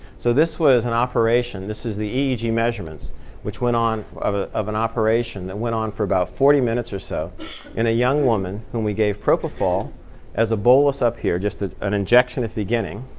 so this was an operation. this is the eeg measurements which went on of ah of an operation that went on for about forty minutes or so in a young woman when we gave propofol as a bolus up here just an injection at the beginning.